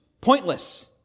pointless